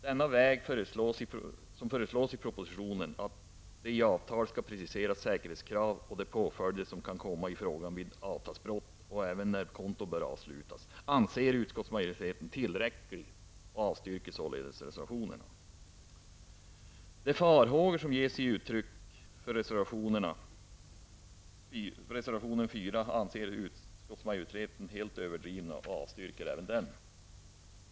Den väg som föreslås i propositionen -- att det i avtalet skall preciseras säkerhetskrav och de påföljder som kan komma i fråga vid avtalsbrott och även när konto bör avslutas -- anser utskottsmajoriteten tillräcklig och avstyrker således reservationerna. De farhågor som det ges uttryck för i reservation 4 anser utskottsmajoriteten överdrivna och avstyrker därmed reservationen.